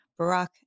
Barack